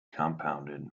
compounded